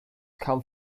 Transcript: come